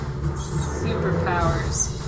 Superpowers